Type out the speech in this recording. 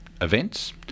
Events